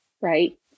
right